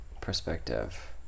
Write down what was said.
perspective